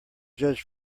judge